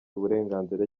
uburenganzira